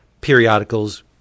periodicals